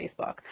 Facebook